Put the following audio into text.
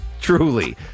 truly